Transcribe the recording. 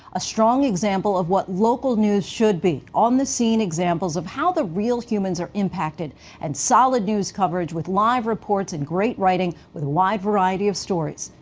a strong example of what local news should be. on the scene examples of how the real humans are impacted and solid news coverage with live reports and great writing with a wide variety of stories.